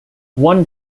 one